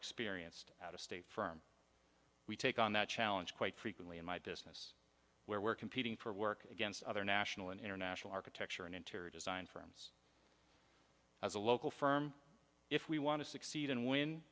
experienced out of state firm we take on that challenge quite frequently in my business where we're competing for work against other national and international architecture and interior design firms as a local firm if we want to succeed and when